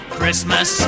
Christmas